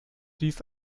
dies